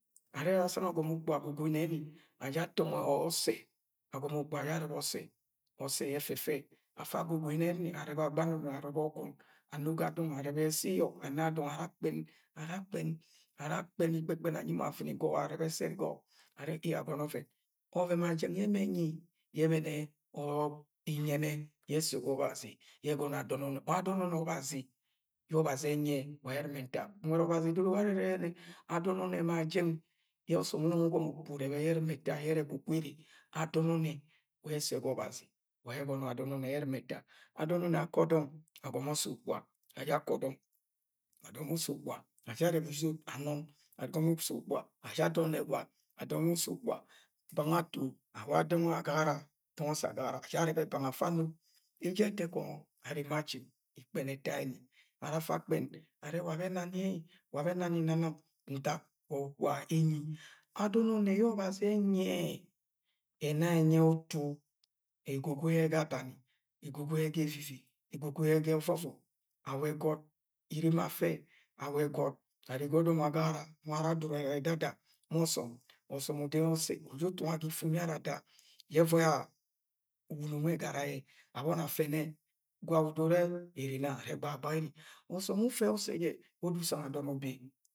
Arẹ asang agọmọ ukpuga agogoi nẹni. Aja ato̱ngọ ọsẹ. Agọmọ ukpuaga aja arẹbẹ osẹ. Ọsẹ yẹ ẹfẹfẹ, afa agogoi neni, arẹbẹ agbai ininọi or arẹbẹ ọgw̵in ano ga dọng. Arẹbẹ ẹsi iyọk ano ga dọng ara akpẹn ikpẹn anyi mọ, av̵ina igọgọi, arẹbe̱ serigo̱gọ arẹ ee! Agọnọ ọvẹn yẹ ovẹn ma jẹng ẹmẹ onyi ẹbẹne iyẹnẹ yẹ ẹsẹ ga ọbọk Ọbazi yẹ ẹgọnọ adọn ọnnẹ. Wa adọn Ọbazi yẹ Ọbazi ẹnyi ẹ, wa ayẹ ẹr̵ima ẹta. Nwẹd O̱bazi edoro warẹ ẹrẹ adọn ma jẹng yẹ ọsọm ugọmọ urẹbẹ yẹ ẹr̵ima ẹta yẹ ẹrẹ ẹgwugwu ere. Adọn ọnnẹ wa yẹ ẹsẹ ga Ọbazi wa ayẹ ẹgọnọ adọn ọnnẹ yẹ ẹr̵ima ẹta Ado̱n akọ dọng, agọmọ ọsẹ Ukpuga aja akọ dọng. Agọmọ ọsẹ ukpuga aja arẹbẹ uzot amẹn. Agọmọ ọsẹ Ukpuga aja ada ọnẹgwa. Agọmọ ọsẹ ukpuga bang ato, awa dọng agagara, dọng ọsẹ agagara aja arẹbẹ bang afa ano. Eje ẹtẹkọngọ arre ma ajin, ikpẹnẹ ẹta ẹni. Ara afa akpẹn arẹ, wabo̱ ẹna e! Wabọ ẹnani nna nang ntak wa ukpuga enyi Adọn o̱nne̱ yẹ Ọbazi ẹnyi ẹ, ẹna ẹ ẹnyi ẹ utu, egogoi yẹ aga abani. Egogoi yẹ ga evivi. Egogoi yẹ ga ọvọvọm. Awa ẹgọt irem afẹ. Awa ẹgọt, arre ga o̱do̱m agagara, no̱ngo̱ ara adura e̱dada ma o̱so̱m. Ọsọm uda o̱se̱ uju utunga ga ìv̵im yẹ ara ada, yẹ ẹvọi yẹ uwuno nwẹ ẹgara yẹ. Abọni afẹnẹ gwa udoro urẹ ere nan? nẹ arẹ gbagagbaga ere. O̱so̱m wẹ ufẹ ọsẹ jẹ odo usana adọn ubi.